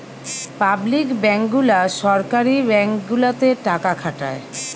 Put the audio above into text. public bank গুলা সরকারি bank গুলাতে টাকা খাটায়